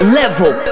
level